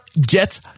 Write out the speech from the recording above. Get